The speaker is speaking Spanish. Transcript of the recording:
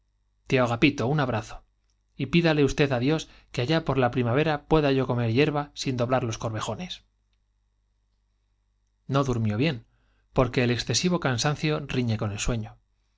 agapito un abrazo y pídale usted á dios que allá por la primavera pueda yo comer hierba sin doblar los corvejones f n o durmió bien porque el excesivo cansancio riñe con el sueño